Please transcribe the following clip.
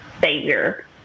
savior